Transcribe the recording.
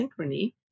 synchrony